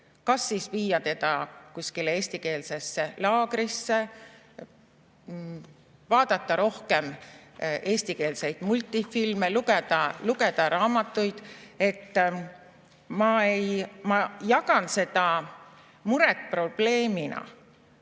Kas siis viia teda kuskile eestikeelsesse laagrisse, vaadata rohkem eestikeelseid multifilme, lugeda raamatuid. Ma jagan seda muret probleemina,